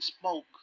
smoke